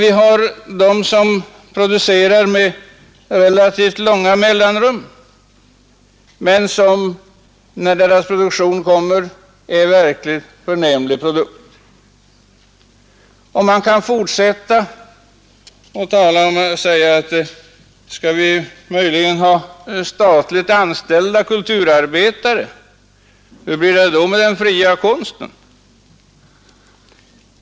Vi har också många som producerar med relativt långa mellanrum men vilkas produkter då de kommer är verkligt förnämliga. Man kan fortsätta och säga: Skall vi möjligen ha statligt anställda kulturarbetare — hur blir det då med den fria konsten?